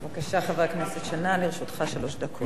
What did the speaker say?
בבקשה, חבר הכנסת שנאן, לרשותך שלוש דקות.